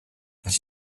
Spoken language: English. but